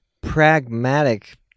pragmatic